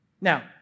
Now